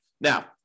Now